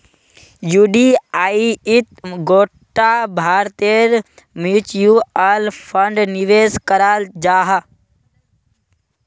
युटीआईत गोटा भारतेर म्यूच्यूअल फण्ड निवेश कराल जाहा